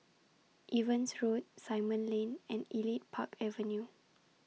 Evans Road Simon Lane and Elite Park Avenue